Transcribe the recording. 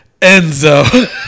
Enzo